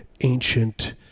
ancient